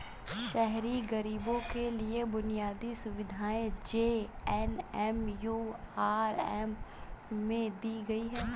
शहरी गरीबों के लिए बुनियादी सुविधाएं जे.एन.एम.यू.आर.एम में दी गई